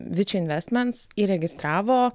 viči investments įregistravo